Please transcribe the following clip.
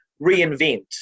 reinvent